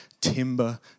timber